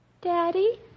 Daddy